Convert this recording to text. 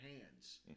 hands